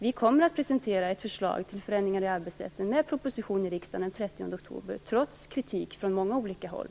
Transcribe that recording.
Vi kommer att presentera ett förslag till förändringar i arbetsrätten med proposition i riksdagen den 30 oktober, trots kritik från många olika håll.